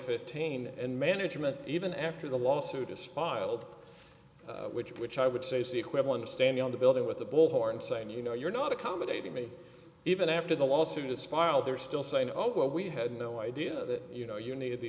fifteen and management even after the lawsuit is filed which which i would say is the equivalent of standing on the building with a bullhorn saying you know you're not accommodating me even after the lawsuit is filed they're still saying oh well we had no idea that you know you need t